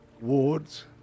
wards